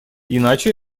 иначе